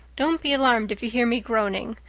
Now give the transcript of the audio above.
don't be alarmed if you hear me groaning.